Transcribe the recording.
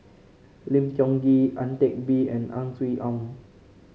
Lim Tiong Ghee Ang Teck Bee and Ang Swee Aun